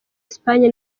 espagne